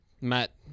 Matt